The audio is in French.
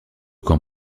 camp